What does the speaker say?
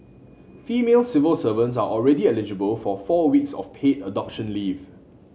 female civil servants are already eligible for four weeks of paid adoption leave